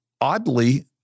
oddly